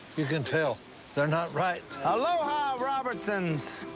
you can tell they're not right. aloha, robertsons!